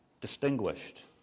distinguished